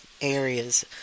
areas